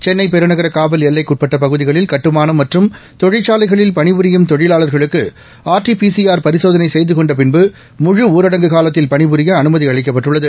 சென்னை பெருநகர காவல் எல்லைக்குட்பட்ட பகுதிகளில் கட்டுமானம் மற்றம் தொழிற்சாலைகளில் பணிபுரியும் தொழிலாளர்களுக்கு ஆர்டிபிசிஆர் பரிசோதனை செய்துகொண்ட பின்பு முழுஊரடங்கு காலத்தில் பணிபுரிய அனுமதி அளிக்கப்பட்டுள்ளது